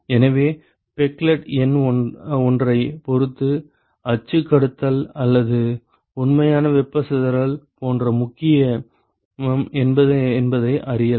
எனவே பெக்லெட் எண் ஒன்றைப் பொறுத்து அச்சு கடத்தல் அல்லது உண்மையான வெப்பச் சிதறல் எப்போது முக்கியம் என்பதை அறியலாம்